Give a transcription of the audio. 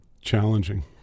challenging